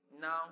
Now